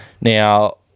Now